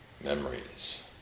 memories